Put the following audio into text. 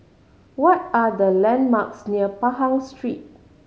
what are the landmarks near Pahang Street